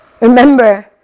Remember